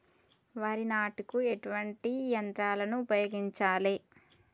వరి నాటుకు ఎటువంటి యంత్రాలను ఉపయోగించాలే?